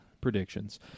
predictions